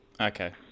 Okay